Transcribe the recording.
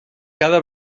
cada